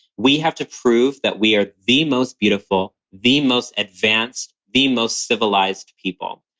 we have to prove that we are the most beautiful, the most advanced, the most civilized people.